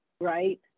right